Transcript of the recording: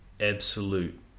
absolute